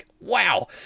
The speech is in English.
wow